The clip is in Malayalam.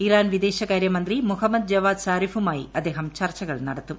ഇറാൻ വിദേശകാര്യ മന്ത്രി മുഹമ്മദ് ജവാദ് സാരിഫുമായി അദ്ദേഹം ചർച്ചകൾ നടത്തും